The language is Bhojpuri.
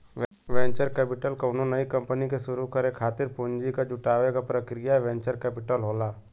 वेंचर कैपिटल कउनो नई कंपनी के शुरू करे खातिर पूंजी क जुटावे क प्रक्रिया वेंचर कैपिटल होला